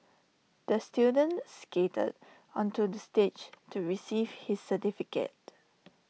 the student skated onto the stage to receive his certificate